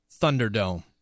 Thunderdome